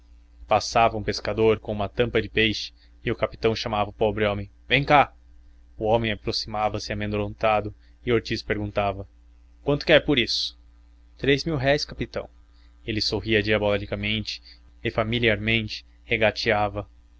um pescador com uma tampa de peixe e o capitão chamava o pobre homem venha cá o homem aproximava-se amedrontado e ortiz perguntava quanto quer por isso três mil-réis capitão ele sorria diabolicamente e familiarmente regateava